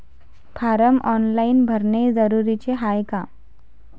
Form online भरने जरुरीचे हाय का?